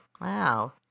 wow